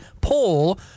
poll